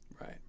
Right